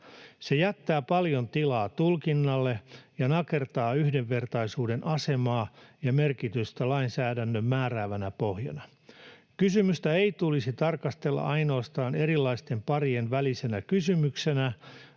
Se jättää paljon tilaa tulkinnalle ja nakertaa yhdenvertaisuuden asemaa ja merkitystä lainsäädännön määräävänä pohjana. Kysymystä ei tulisi tarkastella ainoastaan erilaisten parien välisenä kysymyksenä,